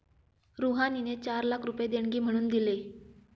रुहानीने चार लाख रुपये देणगी म्हणून दिले